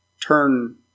turn